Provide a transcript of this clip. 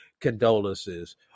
condolences